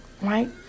Right